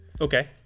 Okay